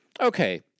okay